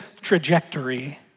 trajectory